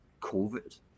COVID